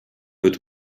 wird